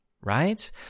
Right